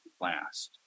Last